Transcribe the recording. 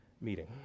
meeting